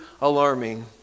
alarming